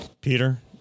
Peter